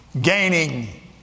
gaining